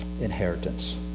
inheritance